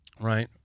right